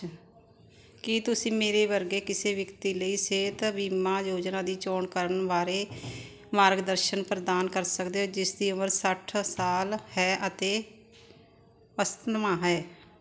ਕੀ ਤੁਸੀਂ ਮੇਰੇ ਵਰਗੇ ਕਿਸੇ ਵਿਅਕਤੀ ਲਈ ਸਿਹਤ ਬੀਮਾ ਯੋਜਨਾ ਦੀ ਚੋਣ ਕਰਨ ਬਾਰੇ ਮਾਰਗਦਰਸ਼ਨ ਪ੍ਰਦਾਨ ਕਰ ਸਕਦੇ ਹੋ ਜਿਸ ਦੀ ਉਮਰ ਸੱਠ ਸਾਲ ਹੈ ਅਤੇ ਅਸਥਮਾ ਹੈ